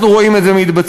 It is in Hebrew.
אנחנו רואים את זה מתבצע.